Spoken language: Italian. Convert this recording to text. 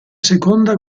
seconda